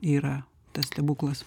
yra tas stebuklas